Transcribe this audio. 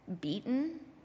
beaten